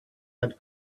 had